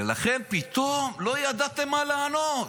ולכן, פתאום לא ידעתם מה לענות.